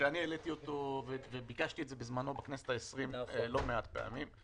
שאני העליתי אותו וביקשתי את זה בזמנו בכנסת העשרים לא מעט פעמים.